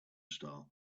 star